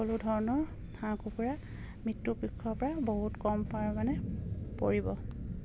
সকলো ধৰণৰ হাঁহ কুকুৰা মৃত্যুৰ মুখৰ পৰা বহুত কম পৰিমাণে পৰিব